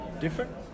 different